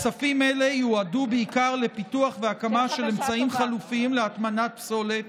כספים אלה יועדו בעיקר לפיתוח והקמה של אמצעים חלופיים להטמנת פסולת